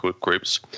groups